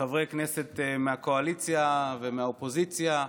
חברי כנסת מהקואליציה ומהאופוזיציה,